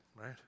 right